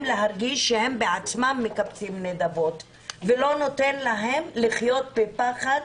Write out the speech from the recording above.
להרגיש שהם עצמם מקבצים נדבות ולא נותן להם לחיות בפחד